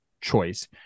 choice